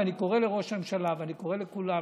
ואני קורא לראש הממשלה ואני קורא לכולם,